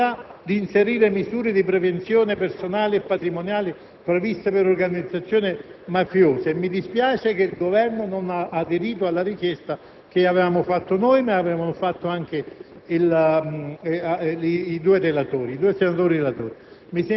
Anch'io ho condiviso le perplessità sull'opportunità di inserire misure di prevenzione personali e patrimoniali previste per le organizzazioni mafiose. Mi dispiace che il Governo non abbia aderito alla richiesta avanzata non solo da noi, ma anche dai